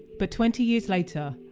but twenty years later,